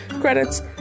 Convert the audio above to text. credits